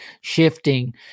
shifting